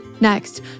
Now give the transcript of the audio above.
Next